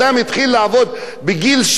עד גיל 67,